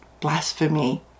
blasphemy